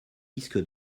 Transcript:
disque